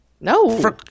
No